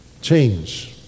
change